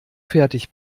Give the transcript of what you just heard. fertig